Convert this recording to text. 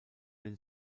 den